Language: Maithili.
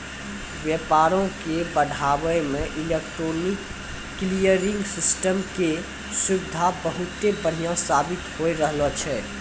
व्यापारो के बढ़ाबै मे इलेक्ट्रॉनिक क्लियरिंग सिस्टम के सुविधा बहुते बढ़िया साबित होय रहलो छै